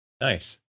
Nice